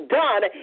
done